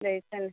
license